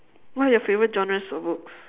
what are your favorite genres for books